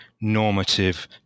normative